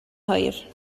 hwyr